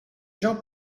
jean